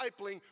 discipling